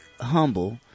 Humble